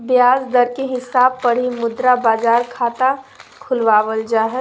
ब्याज दर के हिसाब पर ही मुद्रा बाजार खाता खुलवावल जा हय